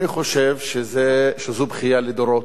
אני חושב שזו בכייה לדורות,